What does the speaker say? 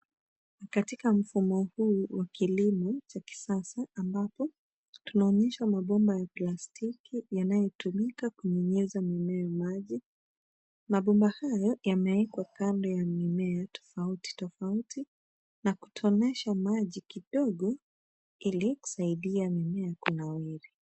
Katika mfumo huu wa kilimo cha kisasa ambapo tunaonyeshwa mabomba ya plastiki yanayotumika kunyunyiza mimea maji. Mabomba hayo yamewekwa kando ya mimea tofauti tofauti na kutonesha maji kidogo ili kusaidia mimea kunawiri.